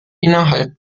innerhalb